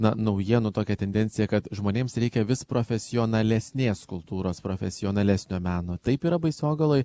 na naujienų tokią tendenciją kad žmonėms reikia vis profesionalesnės kultūros profesionalesnio meno taip yra baisogaloj